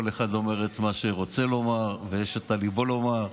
כל אחד אומר את מה שרוצה לומר ויש את על ליבו לומר,